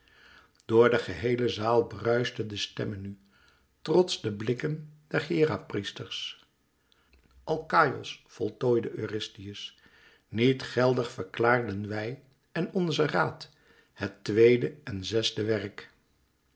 door de geheele zaal bruischten de stemmen nu trots de blikken der hera priesters alkaïos voltooide eurystheus niet geldig verklaarden wij en onze raad het tweede en het zesde werk